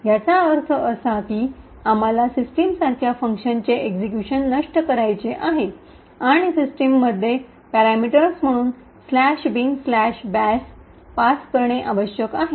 याचा अर्थ असा आहे की आम्हाला सिस्टमसारख्या फंक्शनचे एक्सिक्यूशन नष्ट करायचे आहे आणि सिस्टममध्ये पॅरामीटर म्हणून " bin bash" पास करणे आवश्यक आहे